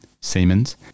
Siemens